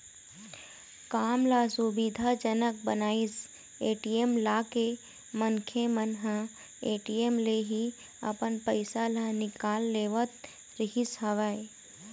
काम ल सुबिधा जनक बनाइस ए.टी.एम लाके मनखे मन ह ए.टी.एम ले ही अपन पइसा ल निकाल लेवत रिहिस हवय